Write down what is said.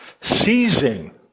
seizing